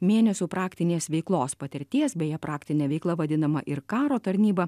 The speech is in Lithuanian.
mėnesių praktinės veiklos patirties beje praktinė veikla vadinama ir karo tarnyba